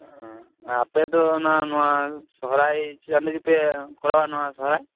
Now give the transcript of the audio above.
ᱟᱯᱮᱫᱚ ᱚᱱᱟ ᱱᱚᱣᱟ ᱥᱚᱨᱦᱟᱭ ᱪᱮᱫ ᱞᱟ ᱜᱤᱫ ᱯᱮ ᱠᱚᱨᱟᱣᱟ ᱱᱚᱣᱟ ᱥᱚᱨᱦᱟᱭ